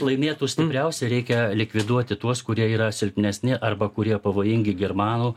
laimėtų stipriausi reikia likviduoti tuos kurie yra silpnesni arba kurie pavojingi germanų